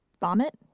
Vomit